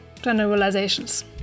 generalizations